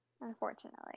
unfortunately